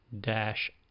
dash